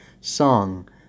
song